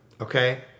Okay